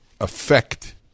affect